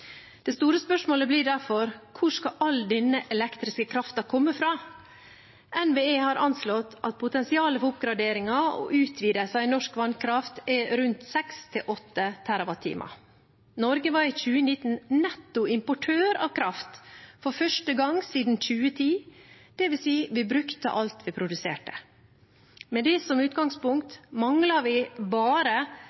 Det store spørsmålet blir derfor: Hvor skal all denne elektriske kraften komme fra? NVE har anslått at potensialet for oppgradering og utvidelser i norsk vannkraft er rundt 6–8 TWh. Norge var i 2019 netto importør av kraft, for første gang siden 2010, dvs. at vi brukte alt vi produserte. Med det som utgangspunkt